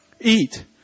eat